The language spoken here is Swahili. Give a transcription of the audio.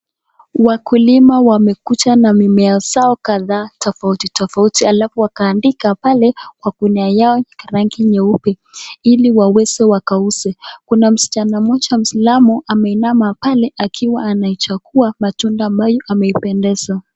Wakulima wamekuja na mimea zao kadhaa tofauti tofauti alafu wakandika kwa ngunia yao ya rangi nyeupe ili waweze wakauze. Kuna msichana mmoja muisilamu ameinama akiwa anaichagua matunda ambayo ameipendeza.